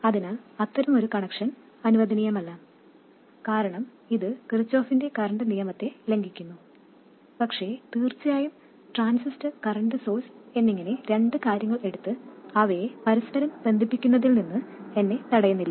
അതിനാൽ അത്തരമൊരു കണക്ഷൻ അനുവദനീയമല്ല കാരണം ഇത് കിർചോഫിന്റെ കറൻറ് നിയമത്തെ ലംഘിക്കുന്നു പക്ഷേ തീർച്ചയായും ട്രാൻസിസ്റ്റർ കറൻറ് സോഴ്സ് എന്നിങ്ങനെ രണ്ട് കാര്യങ്ങൾ എടുത്ത് അവയെ പരസ്പരം ബന്ധിപ്പിക്കുന്നതിൽ നിന്ന് എന്നെ തടയുന്നില്ല